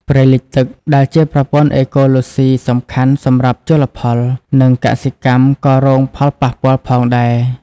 ព្រៃលិចទឹកដែលជាប្រព័ន្ធអេកូឡូស៊ីសំខាន់សម្រាប់ជលផល និងកសិកម្មក៏រងផលប៉ះពាល់ផងដែរ។